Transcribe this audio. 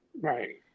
Right